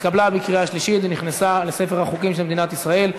התקבלה בקריאה שלישית ונכנסה לספר החוקים של מדינת ישראל.